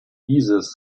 dieses